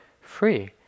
free